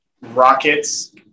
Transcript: Rockets